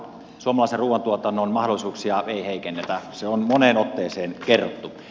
suomalaisen ruuantuotannon mahdollisuuksia ei heikennetä se on moneen otteeseen kerrottu